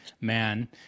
man